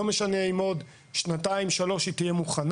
לא משנה אם זה יהיה בעוד שנתיים-שלוש תהיה מוכנה,